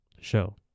show